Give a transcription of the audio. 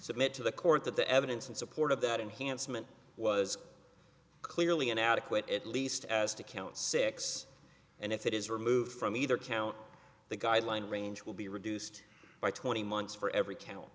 submit to the court that the evidence in support of that enhancement was clearly an adequate at least as to count six and if it is removed from either count the guideline range will be reduced by twenty months for every count